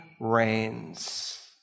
reigns